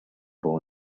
boy